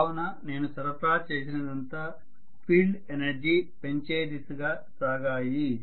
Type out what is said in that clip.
కావున నేను సరఫరా చేసినదంతా ఫీల్డ్ ఎనర్జీ పెంచే దిశగా సాగాయి